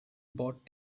bought